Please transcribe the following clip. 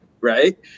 right